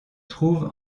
trouve